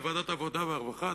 בוועדת העבודה והרווחה,